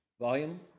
volume